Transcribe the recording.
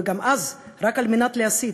וגם אז רק על מנת להסית,